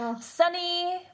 Sunny